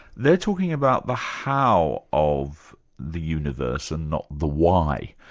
they're talking about the how of the universe and not the why.